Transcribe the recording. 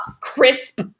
crisp